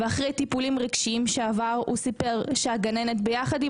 אחרי טיפולים רגשיים שהוא עבר הוא סיפר שהגננת ביחד עם